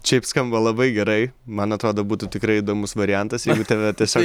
šiaip skamba labai gerai man atrodo būtų tikrai įdomus variantas jeigu tave tiesiog